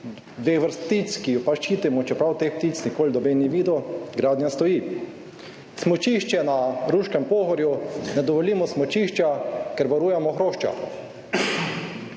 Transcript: vrstic, ki ju pač ščitimo, čeprav teh ptic nikoli noben ni videl, gradnja stoji. Smučišče na Ruškem Pohorju, ne dovolimo smučišča, ker varujemo hrošča.